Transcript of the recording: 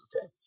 okay